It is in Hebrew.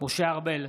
משה ארבל,